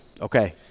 Okay